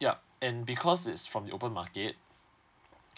yup and because it's from the open market